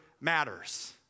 matters